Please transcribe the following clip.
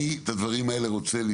אני רוצה לצפות את הדברים האלה מראש.